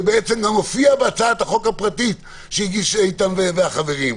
שגם הופיע בהצעת החוק הפרטית שהגישו איתן והחברים,